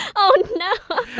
oh no!